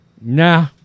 Nah